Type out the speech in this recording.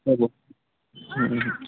ହବ